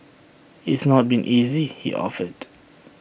it's not been easy he offered